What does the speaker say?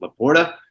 Laporta